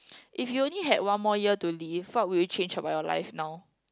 if you only had one more year to live what will you change about your life now